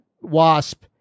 Wasp